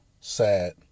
sad